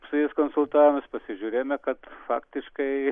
su jais konsultavomės pasižiūrėjome kad faktiškai